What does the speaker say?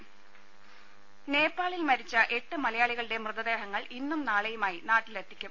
രുര നേപ്പാളിൽ മരിച്ച എട്ട് മലയാളികളുടെ മൃതദേഹങ്ങൾ ഇന്നും നാളെയുമായി നാട്ടിലെത്തിക്കും